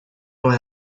why